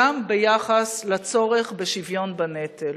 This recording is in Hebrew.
גם ביחס לצורך בשוויון בנטל.